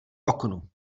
oknu